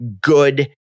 good